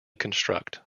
construct